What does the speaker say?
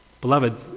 Beloved